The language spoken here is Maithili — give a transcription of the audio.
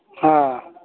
हँ